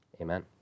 Amen